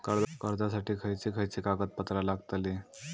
कर्जासाठी खयचे खयचे कागदपत्रा लागतली?